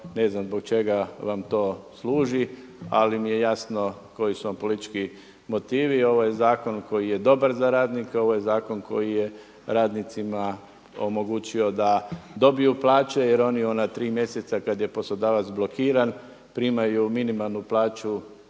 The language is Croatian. Ne znam zbog čega vam to služi ali mi je jasno koji su vam politički motivi. Ovo je zakon koji je dobar za radnika, ovo je zakon koji je radnicima omogućio da dobiju plaće jer oni u ona tri mjeseca kada je poslodavac blokiran primaju minimalnu plaću